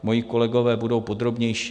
Moji kolegové budou podrobnější.